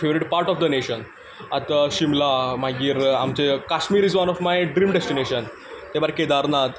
favourite part of the nation आंत तो शिमला मागीर आमचें Kashmir is one of my dream destination ते भायर केदारनाथ